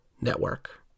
network